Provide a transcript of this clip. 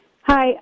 Hi